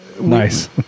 Nice